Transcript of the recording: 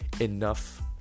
enough